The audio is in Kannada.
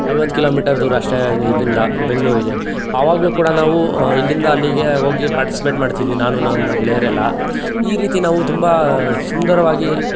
ಐವತ್ತು ಕಿಲೋಮೀಟರ್ ದೂರ ಅಷ್ಟೇ ಇದಿ ಇದರಿಂದ ಬೆಂಗಳೂರಿಗೆ ಆವಾಗಲೂ ಕೂಡ ನಾವು ಇಲ್ಲಿಂದ ಅಲ್ಲಿಗೆ ಹೋಗಿ ಪಾರ್ಟಿಸಿಪೇಟ್ ಮಾಡ್ತಿದ್ವಿ ನಾನು ನನ್ನ ಗೆಳೆಯರೆಲ್ಲ ಈ ರೀತಿ ನಾವು ತುಂಬ ಸುಂದರವಾಗಿ